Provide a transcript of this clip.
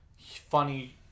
funny